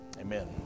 amen